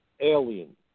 alien